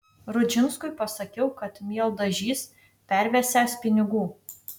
rudžinskui pasakiau kad mieldažys pervesiąs pinigų